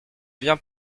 viens